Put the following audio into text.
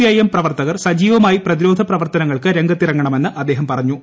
I M പ്രവർത്തകർ സജീവമായി പ്രതിരോധ പ്രവർത്തനങ്ങൾക്ക് രംഗത്തിറങ്ങണമെന്ന് അദ്ദേഹം പറഞ്ഞു